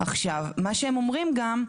מה שהם אומרים גם,